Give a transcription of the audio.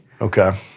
Okay